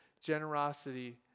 generosity